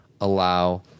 allow